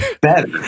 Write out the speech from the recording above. better